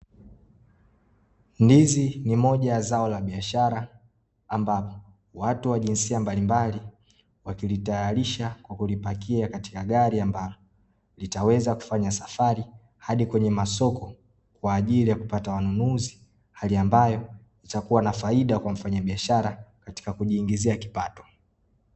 Ndizi ni moja ya zao la biashara, ambapo watu wa jinsia mbalimbali wakilitayarisha kwa kulipakia katika gari, ambalo litaweza kufanya safari hadi kwenye masoko kwa ajili ya kupata wanunuzi. Hali ambayo itakuwa na faida kwa mfanyabiashara katika kujiingizia kipato.